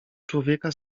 człowieka